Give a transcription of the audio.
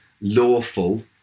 lawful